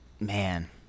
Man